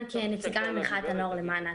כי אני נציגה ממחאת הנוער למען האקלים.